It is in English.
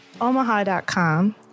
Omaha.com